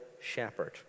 shepherd